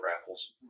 raffles